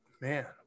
man